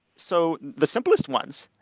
so the simplest ones.